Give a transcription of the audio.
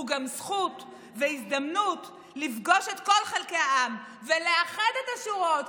הוא גם זכות והזדמנות לפגוש את כל חלקי העם ולאחד את השורות.